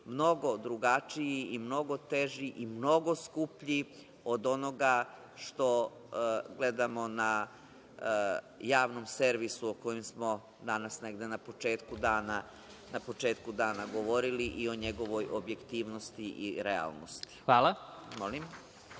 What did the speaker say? mnogo drugačiji i teži i mnogo skuplji od onoga što gledamo na javnom servisu o kojem smo na početku dana govorili i o njegovoj objektivnosti i realnosti. **Vladimir